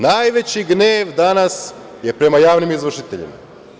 Najveći gnev je danas prema javnim izvršiteljima.